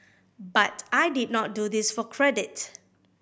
but I did not do this for credit